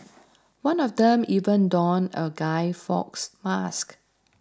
one of them even donned a Guy Fawkes mask